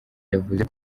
yavuze